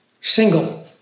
single